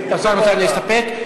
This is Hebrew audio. השר מציע להסתפק.